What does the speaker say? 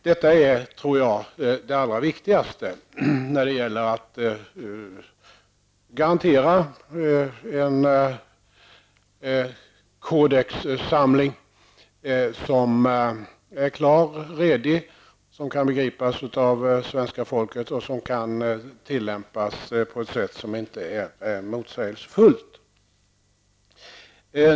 Det är, tror jag, det allra viktigaste när det gäller att garantera en kodexsamling som är klar och redig, som kan begripas av svenska folket och som kan tillämpas på ett sätt som inte är motsägelsefullt.